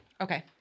Okay